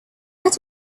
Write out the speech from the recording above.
left